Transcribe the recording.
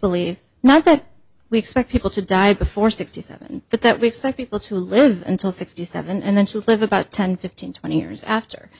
believe not that we expect people to die before sixty seven but that we expect people to live until sixty seven and then to live about ten fifteen twenty years after